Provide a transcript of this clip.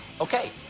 Okay